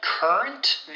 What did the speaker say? Current